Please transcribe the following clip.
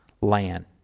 land